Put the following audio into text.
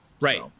right